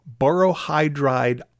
borohydride